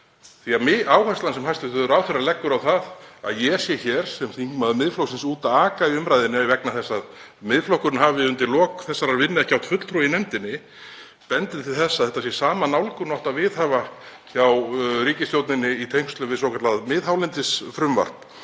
nefnd. Áherslan sem hæstv. ráðherra leggur á það að ég sé hér sem þingmaður Miðflokksins úti að aka í umræðunni vegna þess að Miðflokkurinn hafi undir lok þessarar vinnu ekki átt fulltrúa í nefndinni bendir til þess að þetta sé sama nálgun og átti að viðhafa hjá ríkisstjórninni í tengslum við svokallað miðhálendisfrumvarp